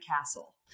Castle